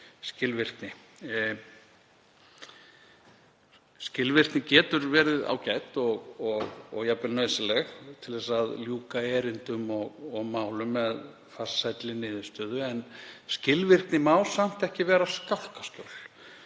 skilvirkni. Skilvirkni getur verið ágæt og jafnvel nauðsynleg til að ljúka erindum og málum með farsælli niðurstöðu. Skilvirkni má samt ekki vera skálkaskjól.